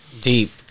deep